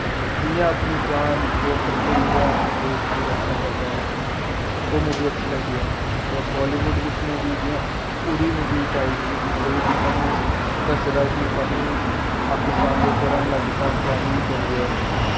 कि'यां अपनी जान दे उप्पर खेढियै अपने देश दी रक्खेआ करदा ऐ ओह् मूवी अच्छी लगदी ऐ बालीवुड बिच मूवी जि'यां होर बी मूवी इक आई ही ओह्दे बिच स्हानूं दस्से दा ऐ कि इक असें पाकिस्तान दे उप्पर हमला कीता प्लैनिंग करियै